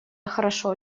хорошо